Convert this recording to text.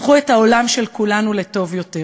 הפכו את העולם של כולנו לטוב יותר,